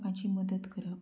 लोकांची मदत करप